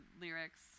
lyrics